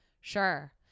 Sure